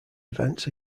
events